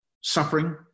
suffering